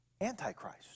Antichrist